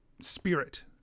spirit